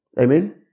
Amen